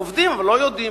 עובדים, אבל לא יודעים.